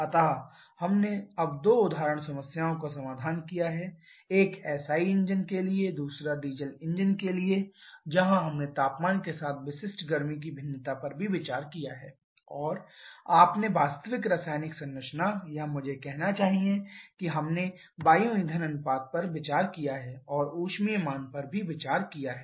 अतः हमने अब दो उदाहरण समस्याओं का समाधान किया है एक एसआई इंजन के लिए दूसरा डीजल इंजन के लिए जहां हमने तापमान के साथ विशिष्ट गर्मी की भिन्नता पर विचार किया है और आपने वास्तविक रासायनिक संरचना या मुझे कहना चाहिए कि हमने वायु ईंधन अनुपात पर विचार किया है और ऊष्मीय मान पर विचार किया है